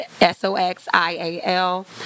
s-o-x-i-a-l